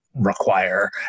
Require